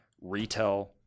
retail